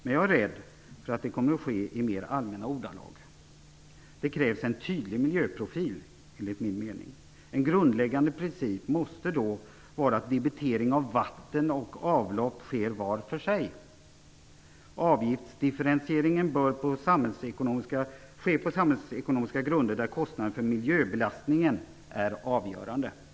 Men jag är rädd för att det kommer att ske i mer allmänna ordalag. Det krävs en tydlig miljöprofil enligt min mening. En grundläggande princip måste då vara att debitering av vatten och avlopp sker var för sig. Avgiftsdifferentieringen bör på ske på samhällsekonomiska grunder där kostnader för miljöbelastningen är avgörande. Fru talman!